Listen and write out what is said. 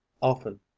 often